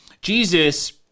Jesus